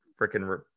freaking